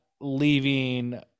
leaving